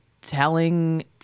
telling